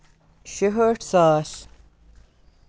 شُہٲٹھ ساس